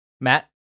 matt